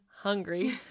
hungry